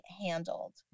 handled